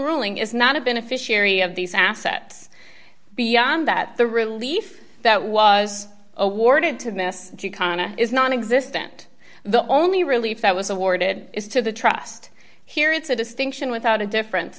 ruling is not a beneficiary of these assets beyond that the relief that was awarded to miss qana is nonexistent the only relief that was awarded to the trust here it's a distinction without a difference